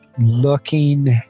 looking